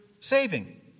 saving